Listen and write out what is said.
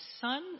Son